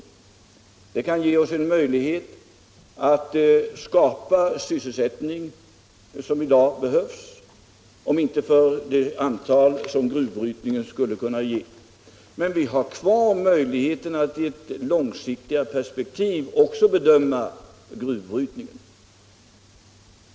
Sådana alternativ kan ge oss möjligheter att skapa den sysselsättning som i dag behövs, om än inte i den omfattning som en gruvbrytning skulle kunna ge. Oavsett vad vi nu gör så har vi kvar möjligheterna att också i det långsiktiga perspektivet bedöma gruvbrytningen.